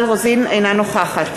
אינה נוכחת